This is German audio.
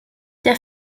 der